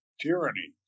tyranny